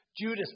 Judas